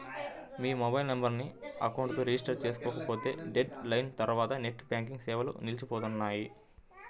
మీ mobile నెంబర్ను account తో register చేసుకోకపోతే డెడ్ లైన్ తర్వాత నెట్ బ్యాంకింగ్ సేవలు నిలిచిపోనున్నాయి